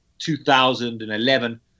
2011